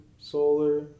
solar